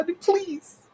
Please